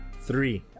Three